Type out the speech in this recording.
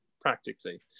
practically